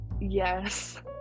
yes